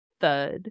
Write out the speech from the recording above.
thud